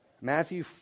Matthew